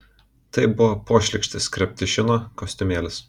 tai buvo pošlykštis krepdešino kostiumėlis